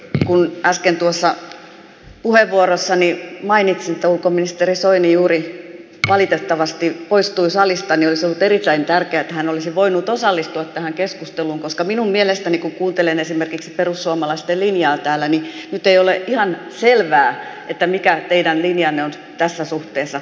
kun äsken puheenvuorossani mainitsin että ulkoministeri soini juuri valitettavasti poistui salista niin olisi ollut erittäin tärkeää että hän olisi voinut osallistua tähän keskusteluun koska minun mielestäni kun kuuntelen esimerkiksi perussuomalaisten linjaa täällä nyt ei ole ihan selvää mikä teidän linjanne on tässä suhteessa